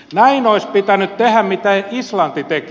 näin olisi pitänyt tehdä mitä islanti teki